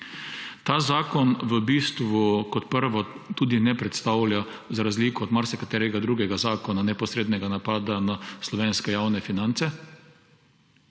Ta zakon kot prvo tudi ne predstavlja, za razliko od marsikaterega drugega zakona, neposrednega napada na slovenske javne finance.